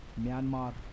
Myanmar